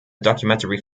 documentary